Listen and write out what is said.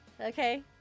Okay